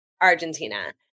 Argentina